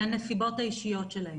לנסיבות האישיות שלהם.